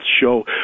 show